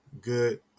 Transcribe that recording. good